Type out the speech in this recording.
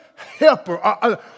helper